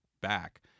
back